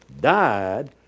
died